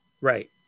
Right